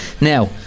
Now